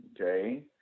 Okay